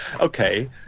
okay –